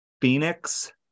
Phoenix